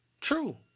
True